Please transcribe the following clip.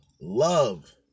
love